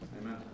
Amen